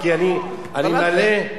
כי אני מלא,